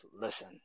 listen